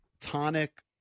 Tonic